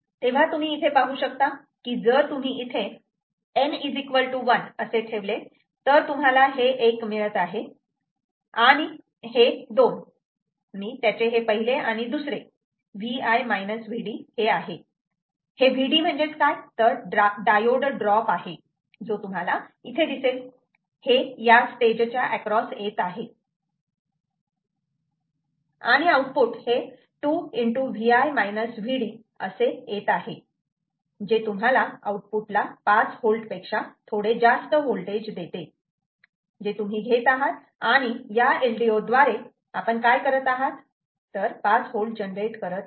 तेव्हा तुम्ही इथे पाहू शकतात की जर तुम्ही इथे N 1 असे ठेवले तर तुम्हाला हे 1 मिळत आहे आणि हे 2 मी त्याचे हे पहिले आणि दुसरे Vi Vd आहे हे Vd म्हणजेच डायोड ड्रॉप आहे जो तुम्हाला इथे दिसेल हे या स्टेज च्या एक्रॉस येत आहे आणि आउटपुट हे 2 असे येत आहे जे तुम्हाला आउटपुटला 5 V पेक्षा थोडे जास्त वोल्टेज देते जे तुम्ही घेत आहात आणि या LDO द्वारे आपण काय करत आहात व 5 V जनरेट करत आहात